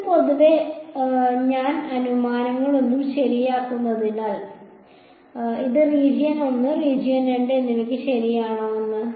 ഇത് പൊതുവേ ഞാൻ അനുമാനങ്ങളൊന്നും ശരിയാക്കാത്തതിനാൽ ഇത് റീജിയൻ 1 റീജിയൻ 2 എന്നിവയ്ക്ക് ശരിയാണോ എന്ന്